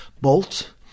Bolt